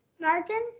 Martin